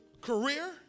career